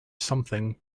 something